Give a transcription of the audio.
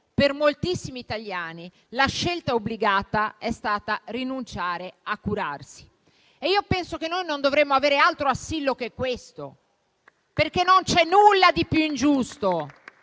per moltissimi italiani la scelta obbligata è stata rinunciare a curarsi. Penso che non dovremmo avere altro assillo che questo, perché non c'è nulla di più ingiusto.